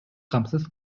камсыз